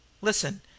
Listen